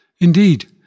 Indeed